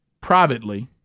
privately